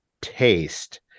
taste